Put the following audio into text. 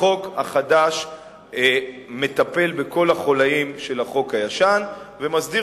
החוק החדש מטפל בכל החוליים של החוק הישן ומסדיר